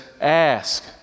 ask